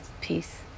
peace